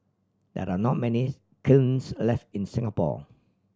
there are not many kilns left in Singapore